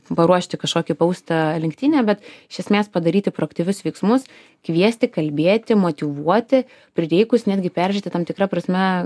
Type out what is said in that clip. paruošti kažkokį poustą lenktynėm bet iš esmės padaryti proaktyvius veiksmus kviesti kalbėti motyvuoti prireikus netgi peržiūrėti tam tikra prasme